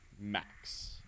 Max